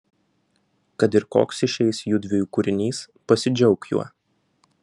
kad ir koks išeis judviejų kūrinys pasidžiauk juo